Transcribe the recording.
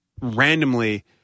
randomly